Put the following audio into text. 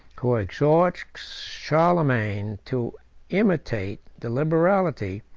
who exhorts charlemagne to imitate the liberality,